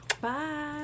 bye